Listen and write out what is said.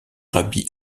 rabbi